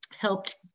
helped